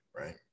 right